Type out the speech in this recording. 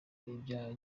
ibya